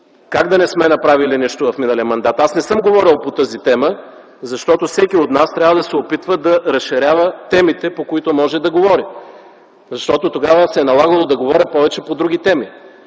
Как да не сме направили нищо в миналия мандат?! Аз не съм говорил по тази тема, защото всеки от нас трябва да се опитва да разширява темите, по които може да говори. Защото тогава се е налагало да говоря повече по други теми.